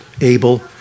Abel